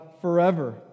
forever